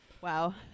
Wow